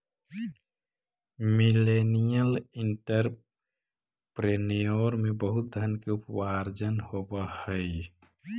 millennial entrepreneur में बहुत धन के उपार्जन होवऽ हई